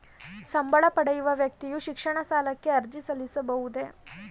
ಸಂಬಳ ಪಡೆಯುವ ವ್ಯಕ್ತಿಯು ಶಿಕ್ಷಣ ಸಾಲಕ್ಕೆ ಅರ್ಜಿ ಸಲ್ಲಿಸಬಹುದೇ?